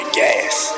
gas